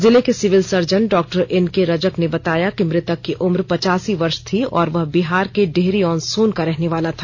जिले के civil surgeon doctor N K Rajak ने बताया कि मृतक की उम्र पचासी वर्ष थी और वह बिहार के डेहरी ऑन सोन का रहनेवाला था